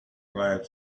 glad